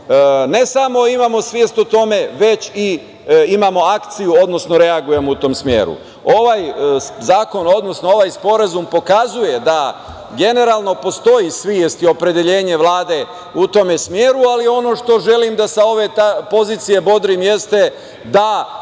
ne samo imamo svest o tome već imamo i akciju, odnosno reagujemo u tom smeru. Ovaj zakon, odnosno ovaj sporazum pokazuje da generalno postoji svest i opredeljenje Vlade u tom smeru, ali ono što želim da sa ove pozicije bodrim jeste da